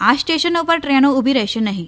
આ સ્ટેશનો પર ટ્રેનો ઉભી રહેશે નહીં